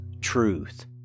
truth